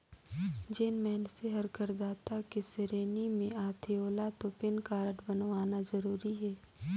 जेन मइनसे हर करदाता के सेरेनी मे आथे ओेला तो पेन कारड बनवाना जरूरी हे